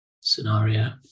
scenario